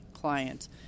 clients